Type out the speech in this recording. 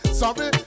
sorry